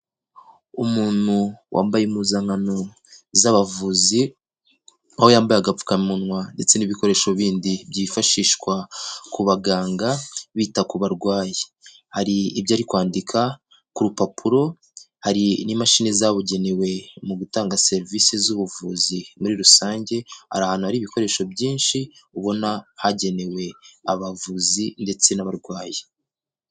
Umuntu wambaye impuzankano z'abavuzi aho yambaye agapfukamunwa ndetse n'ibikoresho bindi byifashishwa ku baganga bita ku barwayi, hari ibyo ari kwandika ku rupapuro hari n'imashini zabugenewe mu gutanga serivisi z'ubuvuzi muri rusange ari ahantu hari ibikoresho byinshi ubona hagenewe abavuzi ndetse n'abarwayi.